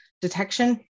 detection